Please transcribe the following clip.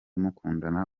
mukundana